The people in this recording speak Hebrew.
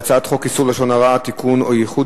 הצעת חוק איסור לשון הרע (תיקון אי-ייחוד